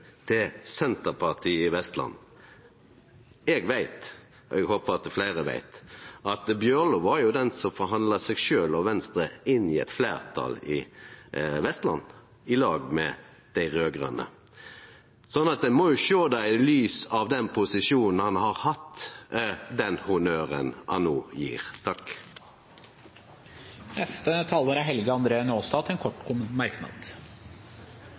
til Senterpartiet i Vestland. Eg veit – og eg håpar at fleire veit – at representanten Bjørlo var den som forhandla seg sjølv og Venstre inn i eit fleirtal i Vestland, i lag med dei raud-grøne. Ein må sjå den honnøren han no gjev, i lys av den posisjonen han har hatt. Representanten Helge André Njåstad har hatt ordet to ganger tidligere og får ordet til en kort merknad,